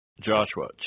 Joshua